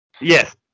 Yes